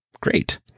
great